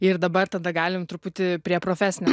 ir dabar tada galim truputį prie profesinės